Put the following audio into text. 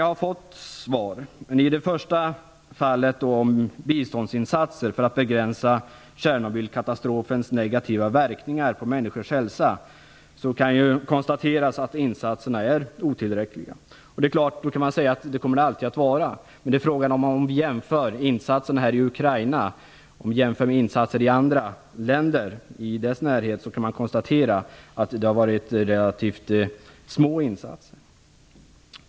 Jag har fått svar, men vad gäller den första frågan, om biståndsinsatser för att begränsa Tjernobylkatastrofens negativa verkningar för människors hälsa, kan konstateras att dessa insatser är otillräckliga. Man brukar säga att de alltid kommer att vara det, men när man jämför insatserna i Ukraina med insatser i länder i dess närhet kan man konstatera att de i Ukraina har varit relativt små.